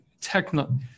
techno